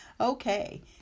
Okay